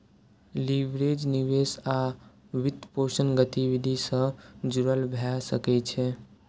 leverage निवेश आ वित्तपोषण गतिविधि सं जुड़ल भए सकै छै